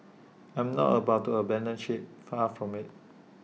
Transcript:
I am not about to abandon ship far from IT